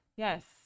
Yes